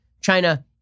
China